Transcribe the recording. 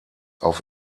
auf